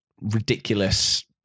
ridiculous